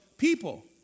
People